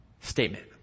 statement